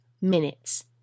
minutes